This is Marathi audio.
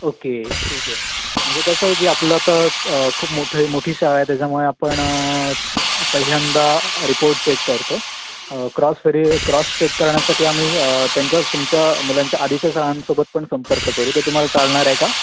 ओके ठीक आहे म्हणजे कसं आहे की आपलं आता खूप मोठं आहे मोठी शाळा आहे त्याच्यामुळे आपण पहिल्यांदा रिपोर्ट चेक करतो क्रॉस वे क्रॉस चेक करण्यासाठी आम्ही त्यांच्या तुमच्या मुलांच्या आधीच्या शाळांसोबत पण संपर्क करू ते तुम्हाला चालणार आहे का